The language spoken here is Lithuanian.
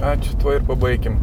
ačiū tuo ir pabaikim